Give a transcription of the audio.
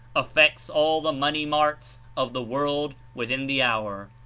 affects all the money marts of the world with in the hour.